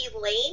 Lane